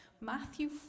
Matthew